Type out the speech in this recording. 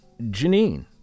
Janine